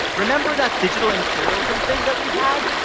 remember that digital imperialism thing that we had,